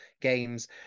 games